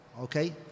Okay